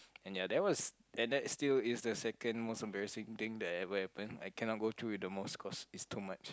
and ya that was and that's still is the second most embarrassing thing that ever happened I cannot go through with the most because is too much